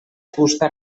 fusta